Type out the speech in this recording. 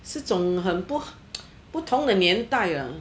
是种很不 不同的年代啊